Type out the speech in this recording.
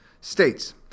states